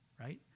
Right